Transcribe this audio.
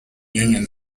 union